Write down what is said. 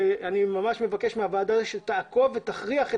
ואני ממש מבקש מהוועדה שתעקוב ותכריח את